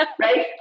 right